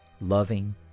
Loving